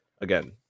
again